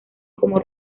como